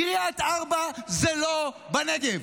קריית ארבע זה לא בנגב.